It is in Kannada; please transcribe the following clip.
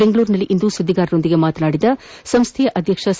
ಬೆಂಗಳೂರಿನಲ್ಲಿಂದು ಸುದ್ವಿಗಾರರೊಂದಿಗೆ ಮಾತನಾಡಿದ ಸಂಸ್ಥೆಯ ಅಧ್ಯಕ್ಷ ಸಿ